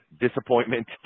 disappointment